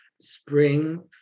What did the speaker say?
Spring